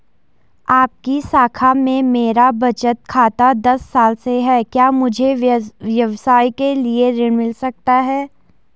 आपकी शाखा में मेरा बचत खाता दस साल से है क्या मुझे व्यवसाय के लिए ऋण मिल सकता है?